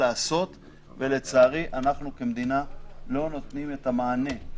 לעשות ולצערי אנחנו כמדינה לא נותנים את המענה.